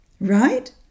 right